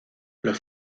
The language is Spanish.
los